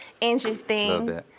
interesting